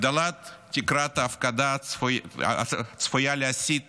הגדלת תקרת ההפקדה צפויה להסיט